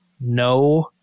no